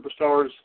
superstars